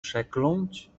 przekląć